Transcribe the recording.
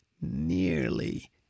nearly